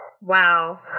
Wow